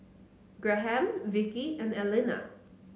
Graham Vickey and Elena